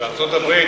בארצות-הברית,